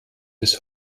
bis